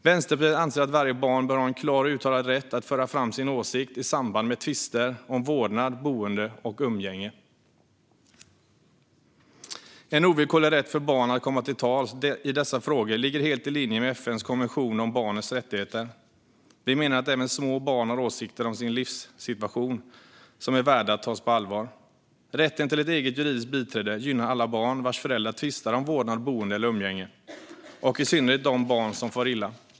Vänsterpartiet anser att varje barn bör ha en klar och uttalad rätt att föra fram sina åsikter i samband med tvister om vårdnad, boende och umgänge. En ovillkorlig rätt för barn att komma till tals i dessa frågor ligger helt i linje med FN:s konvention om barnets rättigheter. Vi menar att även små barn har åsikter om sin levnadssituation som är värda att tas på allvar. Rätten till ett eget juridiskt biträde gynnar alla barn vars föräldrar tvistar om vårdnad, boende eller umgänge, och i synnerhet de barn som far illa.